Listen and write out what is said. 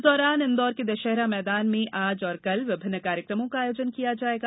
इस दौरान इंदौर के दशहरा मैदान में आज और कल विभिन्न कार्यक्रमों का आयोजन किया जाएगा